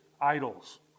idols